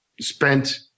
spent